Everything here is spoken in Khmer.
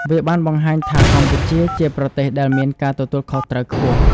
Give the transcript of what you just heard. វាបានបង្ហាញថាកម្ពុជាជាប្រទេសដែលមានការទទួលខុសត្រូវខ្ពស់។